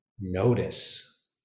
notice